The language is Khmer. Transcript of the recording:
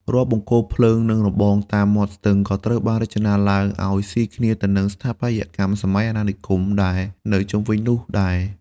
រាល់បង្គោលភ្លើង និងរបងតាមមាត់ស្ទឹង ក៏ត្រូវបានរចនាឡើងឱ្យស៊ីគ្នាទៅនឹងស្ថាបត្យកម្មសម័យអាណានិគមដែលនៅជុំវិញនោះដែរ។